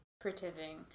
pretending